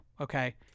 Okay